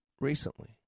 recently